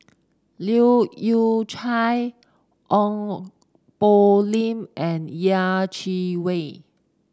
Leu Yew Chye Ong Poh Lim and Yeh Chi Wei